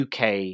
UK